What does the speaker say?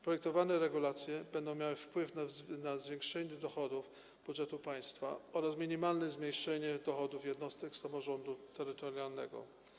Projektowane regulacje będą miały wpływ na zwiększenie dochodów budżetu państwa oraz minimalne zmniejszenie dochodów jednostek samorządu terytorialnego.